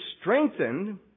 strengthened